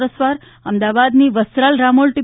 metre અમદાવાદની Vastral Ramol T